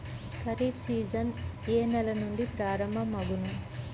Kharif season ఏ నెల నుండి ప్రారంభం అగును?